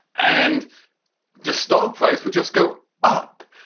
and the stock price would just go up.